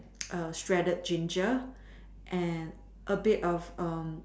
shredded ginger and a bit of